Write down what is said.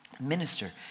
minister